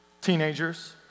Teenagers